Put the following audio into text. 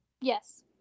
Yes